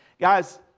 Guys